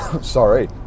sorry